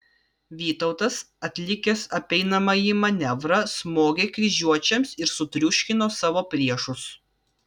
vytautas atlikęs apeinamąjį manevrą smogė kryžiuočiams ir sutriuškino savo priešus